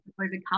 overcome